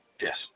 Yes